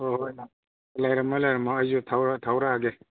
ꯍꯣꯏ ꯍꯣꯏ ꯂꯩꯔꯝꯃꯣ ꯂꯩꯔꯝꯃꯣ ꯑꯩꯁꯨ ꯊꯧꯔꯛꯑꯒꯦ